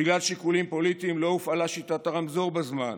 בגלל שיקולים פוליטיים לא הופעלה שיטת הרמזור בזמן,